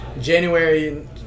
January